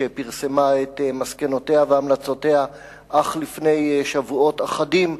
שפרסמה את מסקנותיה והמלצותיה אך לפני שבועות אחדים,